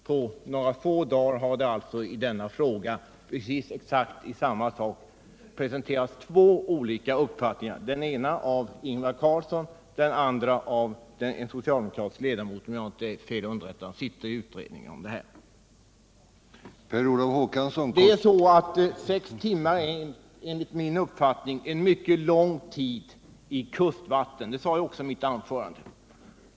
På bara några få dagar har det i exakt samma fråga presenterats två olika uppfattningar, den ena av Ingvar Carlsson och den andra av en socialdemokratisk ledamot som, om jag inte är fel underrättad, sitter med i utredningen om dessa saker. Enligt min uppfattning är sex timmar en mycket lång tid i kustvatten. Det sade jag också i mitt anförande.